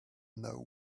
know